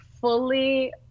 fully